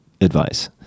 advice